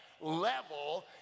Level